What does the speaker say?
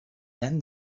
then